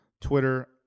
Twitter